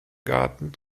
garten